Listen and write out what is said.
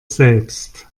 selbst